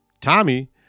Tommy